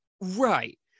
right